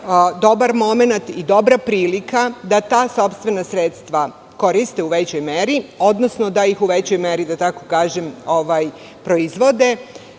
dobar momenat i dobra prilika da ta sopstvena sredstva koriste u većoj meri, odnosno da ih u većoj meri proizvode.